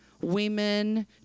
women